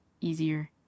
easier